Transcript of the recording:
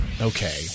Okay